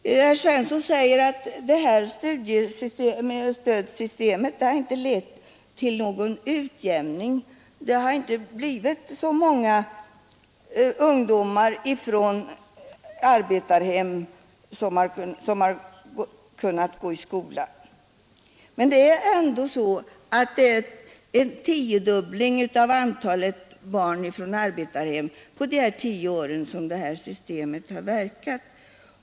Herr Svensson säger att det här studiestödssystemet inte har lett till någon utjämning. Det har inte blivit så många fler ungdomar från arbetarhem som har studerat, säger han. Men det har ändå skett en tiodubbling av antalet barn från arbetarhem som studerat vidare under de tio år som det nuvarande systemet har verkat.